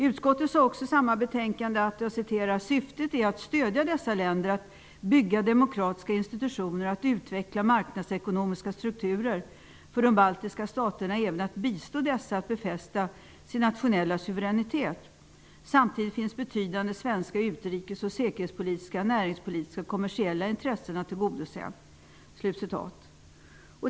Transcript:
Utskottet sade också i samma betänkande att ''Syftet är att stöjda dessa länder att bygga demokratiska institutioner och att utveckla marknadsekonomiska strukturer, för de baltiska staterna även att bistå dessa att befästa sin nationella suveränitet. Samtidigt finns betydande svenska utrikes och säkerhetspolitiska, näringspolitiska och kommersiella intressen att tillgodose.''